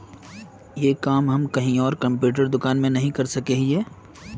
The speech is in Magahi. ये काम हम कहीं आर कंप्यूटर दुकान में नहीं कर सके हीये?